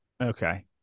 Okay